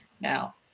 Now